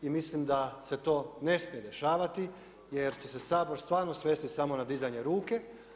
I mislim da se to ne smije dešavati, jer će se Sabor stvarno svesti samo na dizanje ruke.